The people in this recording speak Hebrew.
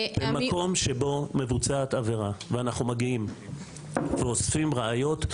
במקום שבו מבוצעת עבירה ואנחנו מגיעים ואוספים ראיות,